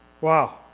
Wow